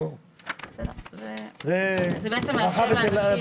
זו ברכה לבטלה.